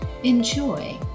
enjoy